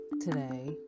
today